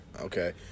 okay